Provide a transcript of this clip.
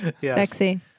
Sexy